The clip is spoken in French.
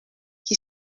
qui